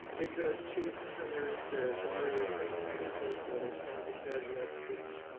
they could choose to send their their daughter to saint francis or their son to jesuit, which,